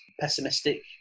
pessimistic